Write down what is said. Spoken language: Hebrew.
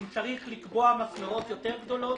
אם צריך לקבוע מסמרות יותר גדולות,